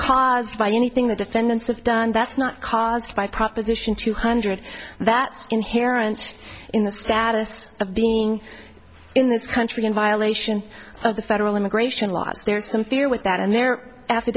caused by anything the defendants have done that's not caused by proposition two hundred that's inherent in the status of being in this country in violation of the federal immigration laws there are some fear with that and there af